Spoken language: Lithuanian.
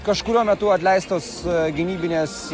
kažkuriuo metu atleistos gynybinės